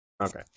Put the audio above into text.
Okay